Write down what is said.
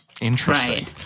Interesting